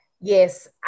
Yes